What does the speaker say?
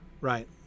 right